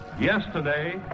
Yesterday